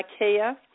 Ikea